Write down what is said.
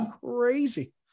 crazy